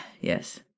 Yes